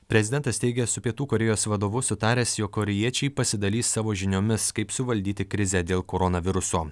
prezidentas teigia su pietų korėjos vadovu sutaręs jog korėjiečiai pasidalys savo žiniomis kaip suvaldyti krizę dėl koronaviruso